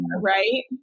Right